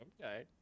Okay